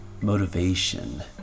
motivation